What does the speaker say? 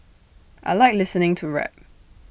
I Like listening to rap